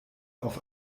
auf